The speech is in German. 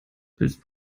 bist